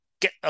get